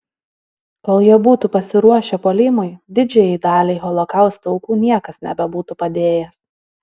kol jie būtų pasiruošę puolimui didžiajai daliai holokausto aukų niekas nebebūtų padėjęs